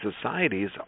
societies